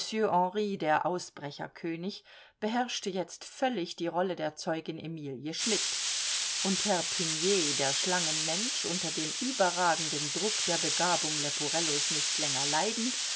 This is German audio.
der ausbrecherkönig beherrschte jetzt völlig die rolle der zeugin emilie schmidt und herr piener der schlangenmensch unter dem überragenden druck der begabung leporellos nicht länger leidend